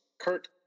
Kurt